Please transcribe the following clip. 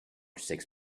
six